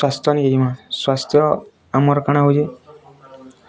ସ୍ୱାସ୍ଥ୍ୟ ନି ଯିବା ସ୍ୱାସ୍ଥ୍ୟ ଆମର୍ କାଣା ହେଉଛେଁ